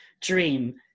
dream